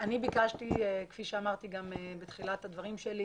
אני ביקשתי כפי שאמרתי בתחילת הדברים שלי